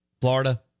Florida